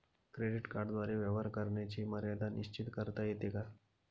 Credit कार्डद्वारे व्यवहार करण्याची मर्यादा निश्चित करता येते का?